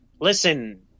listen